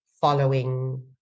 following